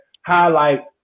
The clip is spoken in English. highlight